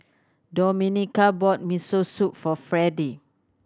Domenica bought Miso Soup for Fredy